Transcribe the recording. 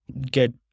get